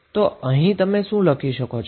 તો અહીં તમે શું લખી શકો છો